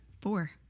Four